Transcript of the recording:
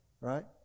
right